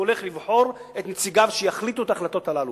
הולך לבחור את נציגיו שיחליטו את ההחלטות הללו.